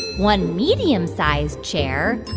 one medium-sized chair.